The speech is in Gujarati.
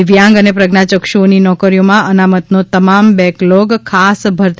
દિવ્યાંગ અને પ્રજ્ઞાચક્ષુઓની નોકરીઓમાં અનામતનો તમામ બેકલોગ ખાસ ભરતી